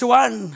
one